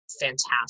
fantastic